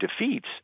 defeats